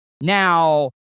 Now